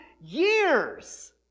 years